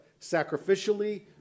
sacrificially